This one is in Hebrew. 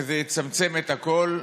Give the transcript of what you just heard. שזה יצמצם את הכול.